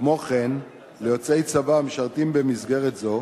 כמו כן, ליוצאי צבא המשרתים במסגרת זו